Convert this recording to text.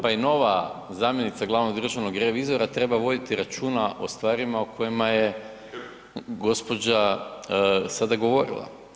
Pa i nova zamjenica glavnog državnog revizora treba voditi računa o stvarima o kojima je gospođa sada govorila.